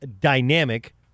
dynamic